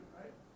right